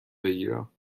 بگیرم